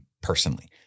personally